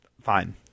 fine